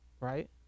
right